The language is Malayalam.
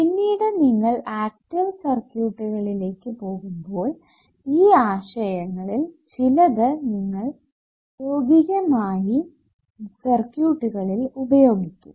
പിന്നീട് നിങ്ങൾ ആക്റ്റീവ് സർക്യൂറ്റുകളിലേക് പോകുമ്പോൾ ഈ ആശയങ്ങളിൽ ചിലത് നിങ്ങൾ പ്രായോഗികമായ സർക്യൂറ്റുകളിൽ ഉപയോഗിക്കും